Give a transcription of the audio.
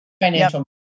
financial